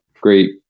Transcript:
great